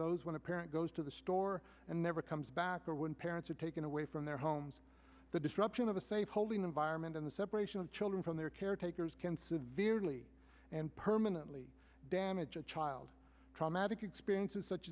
those when a parent goes to the store and never comes back or when parents are taken away from their homes the disruption of a safe holding environment in the separation of children from their caretakers can severely and permanently damage a child traumatic experiences such